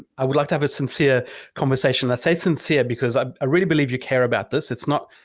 i would like to have a sincere conversation. i say sincere because i ah really believe you care about this. it's not,